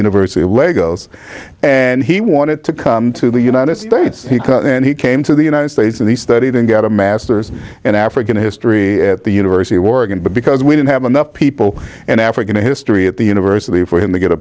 university of lagos and he wanted to come to the united states and he came to the united states and he studied and got a masters in african history at the university of oregon but because we didn't have enough people and african history at the university for him to get a